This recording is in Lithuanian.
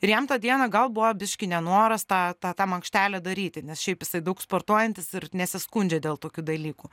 ir jam tą dieną gal buvo biški nenoras tą tą tą mankštelę daryti nes šiaip jisai daug sportuojantis ir nesiskundžia dėl tokių dalykų